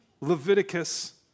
Leviticus